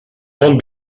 bon